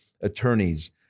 attorneys